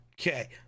Okay